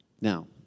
Now